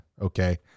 okay